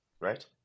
Right